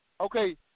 okay